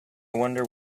wonder